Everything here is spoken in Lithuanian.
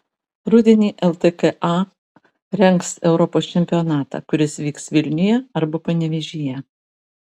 rudenį ltka rengs europos čempionatą kuris vyks vilniuje arba panevėžyje